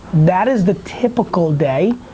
that is the typical day,